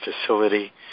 facility